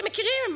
אתם מכירים,